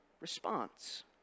response